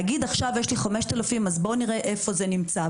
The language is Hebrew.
להגיד: עכשיו יש לי 5,000 דירות אז בואו נראה איפה זה נמצא,